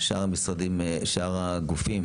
שאר המשרדים, שאר הגופים